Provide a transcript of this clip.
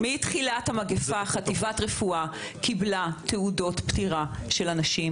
חוקה מחכה יותר משנה לנתונים.